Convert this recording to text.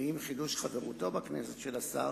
ועם חידוש חברותו בכנסת של השר